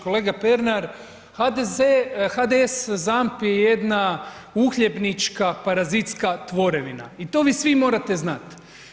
Kolega Pernar, HDS ZAMP je jedna uhljebnička parazitska tvorevima i to vi svi morate znati.